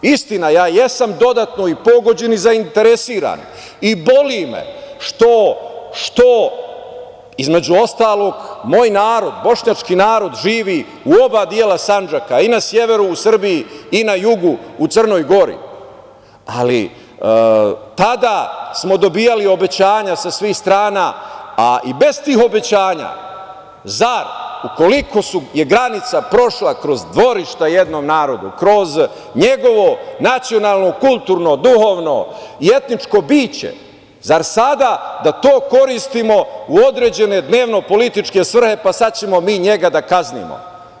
Istina, ja jesam dodatno i pogođen i zainteresovan i boli me što, između ostalog, moj narod, bošnjački narod živi u oba dela Sandžaka, i na severu u Srbiji i na jugu u Crnoj Gori, ali tada smo dobijali obećanja sa svih strana, a i bez tih obećanja, ukoliko je granica prošla kroz dvorišta jednog naroda, kroz njegovo nacionalno, kulturno, duhovno i etničko biće, zar sada da to koristimo u određene dnevno-političke svrhe, pa sad ćemo mi njega da kaznimo?